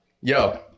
Yo